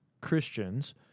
Christians